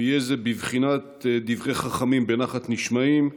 ויהיה זה בבחינת דברי חכמים בנחת נשמעים.